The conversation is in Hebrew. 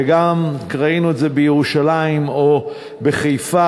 וגם ראינו את זה בירושלים ובחיפה,